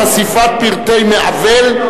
חשיפת פרטי מעוול),